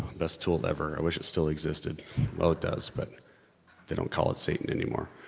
best tool ever. i wish it still existed, well it does but they don't call it satan anymore.